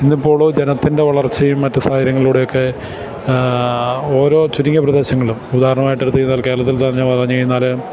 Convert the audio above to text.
ഇന്നിപ്പോള് ജനത്തിൻ്റെ വളർച്ചയും മറ്റ് സാഹചര്യങ്ങളിലൂടെയൊക്കെ ഓരോ ചുരുങ്ങിയ പ്രദേശങ്ങളിലും ഉദാഹരണമായിട്ട് എടുത്തുകഴിഞ്ഞാൽ കേരളത്തിൽ തന്നെ പറഞ്ഞുകഴിഞ്ഞാല്